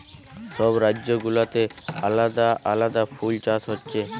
সব রাজ্য গুলাতে আলাদা আলাদা ফুল চাষ হচ্ছে